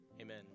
amen